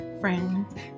friends